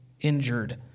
injured